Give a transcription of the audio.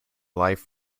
life